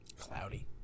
cloudy